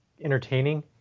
entertaining